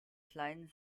kleinen